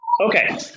Okay